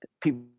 people